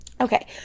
okay